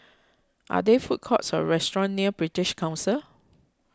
are there food courts or restaurants near British Council